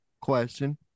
question